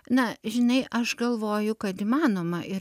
na žinai aš galvoju kad įmanoma ir